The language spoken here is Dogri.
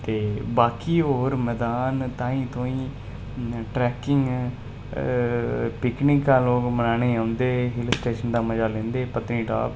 ते बाकी होर मदान ताईं तोआईं ट्रैकिंग पिकनिक लोक मनाने गी औंदे हिलस्टेशन दा मज़ा लैंदे पत्नीटाप